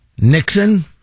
Nixon